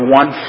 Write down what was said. one